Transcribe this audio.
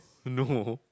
no